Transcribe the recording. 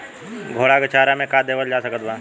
घोड़ा के चारा मे का देवल जा सकत बा?